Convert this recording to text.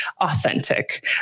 authentic